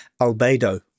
albedo